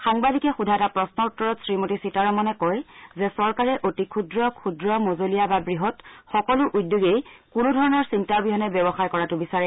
সাংবাদিকে সোধা এটা প্ৰশ্নৰ উত্তৰত শ্ৰীমতী সীতাৰমনে কয় যে চৰকাৰে অতি ক্ষুদ্ৰ ক্ষুদ্ৰ মজলীয়া বা বৃহৎ সকলো উদ্যোগেই কোনোধৰণৰ চিন্তা অবিহনে ব্যৱসায় কৰাটো বিচাৰে